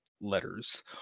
letters